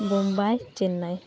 Mumbai Chennai